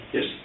Yes